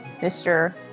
Mr